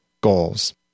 goals